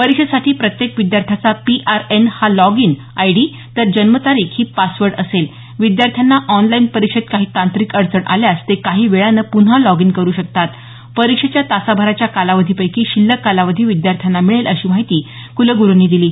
परीक्षेसाठी प्रत्येक विद्यार्थ्याचा पीआरएन हा लॉग इन आयडी तर जन्मतारीख ही पासवर्ड असेल विद्यार्थ्यांना ऑनलाईन परीक्षेत काही तांत्रिक अडचण आल्यास ते काही वेळाने पुन्हा लॉग इन करू शकतात परीक्षेच्या तासाभराच्या कालावधीपैकी शिल्लक कालावधी विद्यार्थ्यांना मिळेल अशी माहिती कुलगुरुंनी दिली